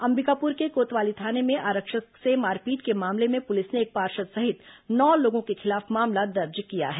अंबिकापूर के कोतवाली थाने में आरक्षक से मारपीट के मामले में पूलिस ने एक पार्षद सहित नौ लोगों के खिलाफ मामला दर्ज किया है